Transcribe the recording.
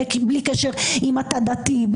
בלי קשר אם אתה דתי,